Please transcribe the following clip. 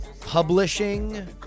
publishing